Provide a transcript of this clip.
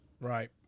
Right